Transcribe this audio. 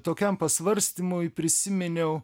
tokiam pasvarstymui prisiminiau